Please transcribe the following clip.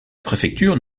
préfecture